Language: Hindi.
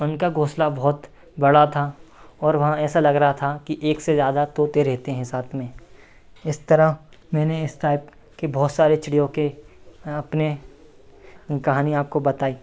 उनका घोंसला बहुत बड़ा था और वहाँ ऐसा लग रहा था कि एक से ज़्यादा तोते रहते हैं साथ में इस तरह मैंने इस टाइप के बहुत से चिड़ियों की अपनी कहानी आपको बताई